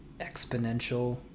exponential